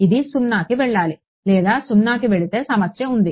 ఇది 0కి వెళ్లాలి లేదా 0కి వెళితే సమస్య ఉంది